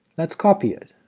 let's copy it.